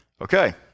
Okay